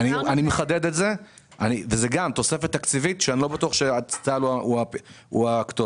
זאת תוספת תקציבית שאני לא בטוח שצה"ל הוא הכתובת.